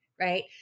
right